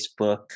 Facebook